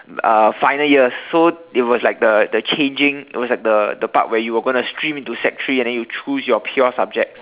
uh final years so it was like the the changing it was like the the part where you were going to stream into sec three and then you choose your pure subject